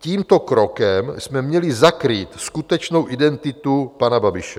Tímto krokem jsme měli zakrýt skutečnou identitu pana Babiše.